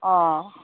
অঁ